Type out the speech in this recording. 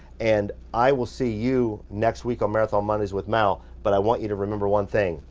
and i will see you next week on marathon mondays with mal. but i want you to remember one thing,